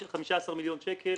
15. 15 מיליון שקל.